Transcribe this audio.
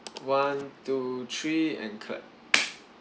one two three and clap